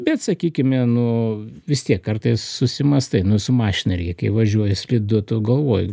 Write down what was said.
bet sakykime nu vis tiek kartais susimąstai nu su mašina irgi kai važiuoji slidu tu galvoji